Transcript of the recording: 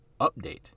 update